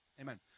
Amen